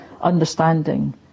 understanding